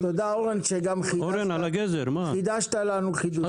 תודה אורן, שגם חידשת לנו חידושים.